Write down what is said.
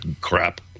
crap